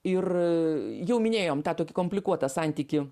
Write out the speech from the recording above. ir jau minėjom tą tokį komplikuotą santykį